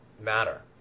matter